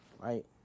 Right